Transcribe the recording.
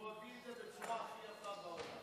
הוא העביר את זה בצורה הכי יפה בעולם.